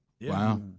Wow